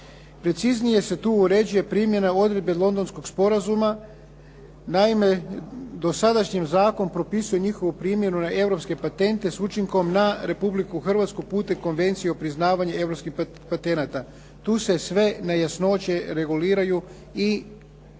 Preciznije se tu uređuje primjena odredbe Londonskog sporazuma. Naime, dosadašnji zakon propisuje njihovu primjenu na europske patente sa učinkom na Republiku Hrvatsku putem Konvencije o priznavanju europskih patenata. Tu se sve nejasnoće reguliraju i